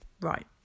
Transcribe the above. right